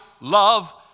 love